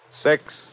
Six